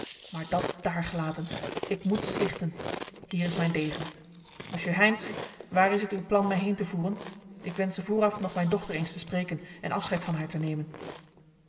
maar dat daargelaten ik moet zwichten hier is mijn degen monsieur heynsz waar is het uw plan mij heen te voeren ik wensche vooraf nog mijn dochter eens te spreken en afscheid van haar te nemen